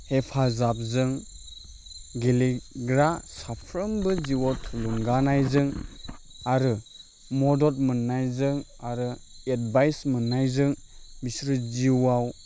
हेफाजाबजों गेलेग्रा साफ्रोमबो जिउआव थुलुंगानायजों आरो मदद मोन्नायजों आरो एडबाइस मोन्नायजों बिसोर जिउआव